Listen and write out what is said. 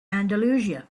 andalusia